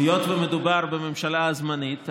היות שמדובר בממשלה זמנית,